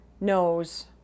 knows